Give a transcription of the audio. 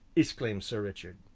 exclaimed sir richard.